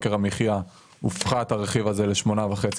יוקר המחייה הופחת הרכיב הזה לשמונה אחוזים וחצי,